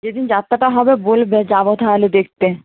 যেদিন যাত্রাটা হবে বলবে যাবো তাহলে দেখতে